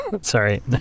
Sorry